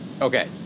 okay